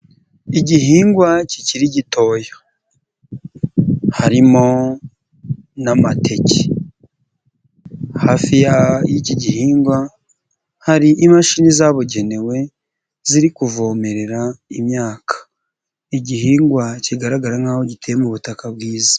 Igihingwa kikiri gitoyo harimo n'amateke, hafi y'iki gihingwa hari imashini zabugenewe ziri kuvomerera imyaka, igihingwa kigaragara nkaho giteye mu butaka bwiza.